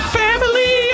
family